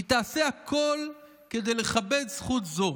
היא תעשה הכול כדי לכבד זכות זו,